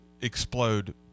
explode